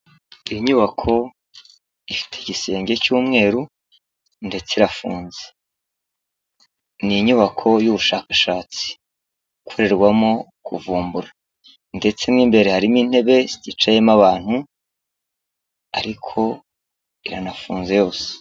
Iyi nyubako ifite igisenge cy'umweru ndetse irafunze. Ni inyubako y'ubushakashatsi ikorerwamo kuvumbura ndetse n'imbere harimo intebe ziticayemo abantu ariko iranafunze yose.